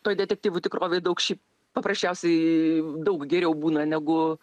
toj detektyvų tikrovėj daug šiaip paprasčiausiai daug geriau būna negu